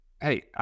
Hey